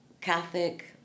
Catholic